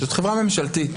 שזאת חברה ממשלתית,